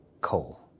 coal